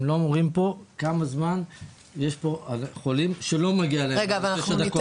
הם לא אומרים פה כמה זמן יש חולים שלא מגיעים אליהם בתשע הדקות האלה.